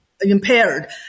impaired